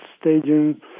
stadium